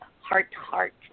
heart-to-heart